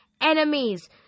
enemies